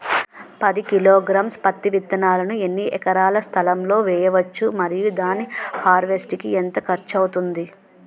పది కిలోగ్రామ్స్ పత్తి విత్తనాలను ఎన్ని ఎకరాల స్థలం లొ వేయవచ్చు? మరియు దాని హార్వెస్ట్ కి ఎంత ఖర్చు అవుతుంది?